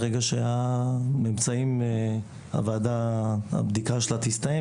ברגע שבדיקת הוועדה תסתיים,